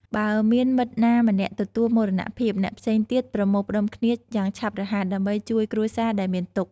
បើមានមិត្តណាម្នាក់ទទួលមរណភាព អ្នកផ្សេងទៀតប្រមូលផ្តុំគ្នាយ៉ាងឆាប់រហ័ស ដើម្បីជួយគ្រួសារដែលមានទុក្ខ។